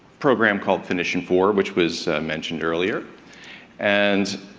program called finishing four which was mentioned earlier and,